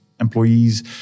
employees